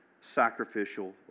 sacrificial